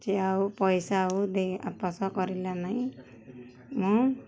ସେ ଆଉ ପଇସା ଆଉ ଦେଇ ବାପସ କରିଲା ନାହିଁ ମୁଁ